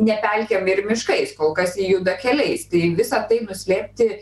ne pelkėm ir miškais kol kas jie juda keliais tai visa tai nuslėpti